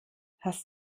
hast